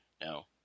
now